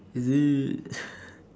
is it